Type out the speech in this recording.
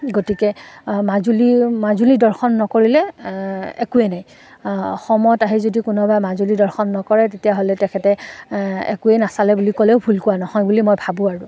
গতিকে মাজুলী মাজুলী দৰ্শন নকৰিলে একোৱে নাই অসমত আহি যদি কোনোবাই মাজুলী দৰ্শন নকৰে তেতিয়াহ'লে তেখেতে একোৱে নাচালে বুলি ক'লেও ভুল কোৱা নহয় বুলি মই ভাবোঁ আৰু